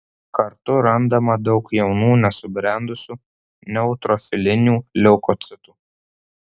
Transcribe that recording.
kartu randama daug jaunų nesubrendusių neutrofilinių leukocitų